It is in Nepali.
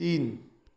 तिन